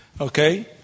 Okay